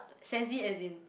sensi as in